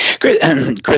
Chris